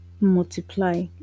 multiply